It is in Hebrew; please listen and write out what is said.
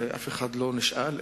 אף אחד לא נשאל,